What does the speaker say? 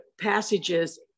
passages